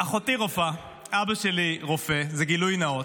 אחותי רופאה, אבא שלי רופא, זה גילוי נאות.